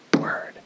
word